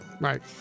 right